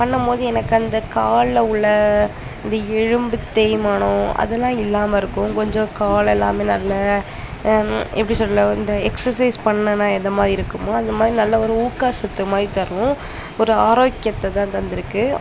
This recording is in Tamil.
பண்ணும் போது எனக்கு அந்த கால்ல உள்ள அந்த எலும்பு தேய்மானம் அதெல்லாம் இல்லாமல் இருக்கும் கொஞ்சம் கால் எல்லாமே நல்லா எப்படி சொல்ல இந்த எக்ஸசைஸ் பண்ணேன்னால் எதை மாதிரி இருக்குமோ அந்த மாதிரி நல்ல ஒரு ஊக்க சத்துமாதிரி தரும் ஒரு ஆரோக்கியத்தை தான் தந்திருக்குது